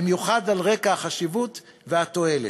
במיוחד על רקע החשיבות והתועלת.